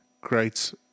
great